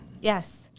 Yes